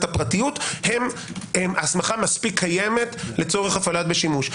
הפרטיות הם הסמכה מספיק קיימת לצורך הפעלה בשימוש.